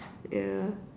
yeah